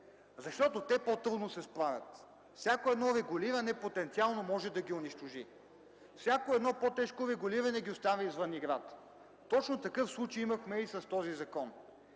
защото те по-трудно се справят. Всяко едно потенциално регулиране може да ги унищожи, всяко едно по-тежко регулиране ги оставя извън играта. Точно такъв случай имахме и с този закон.